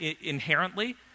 inherently